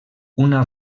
una